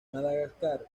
madagascar